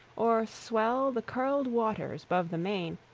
or swell the curled waters bove the main,